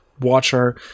watcher